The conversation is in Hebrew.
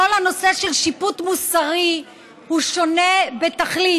כל הנושא של שיפוט מוסרי הוא שונה בתכלית,